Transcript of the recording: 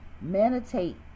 meditate